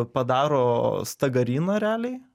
padaro stagaryną realiai